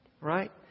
Right